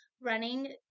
running